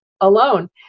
alone